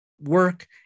work